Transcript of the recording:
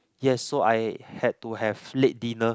yes so I had to have late dinner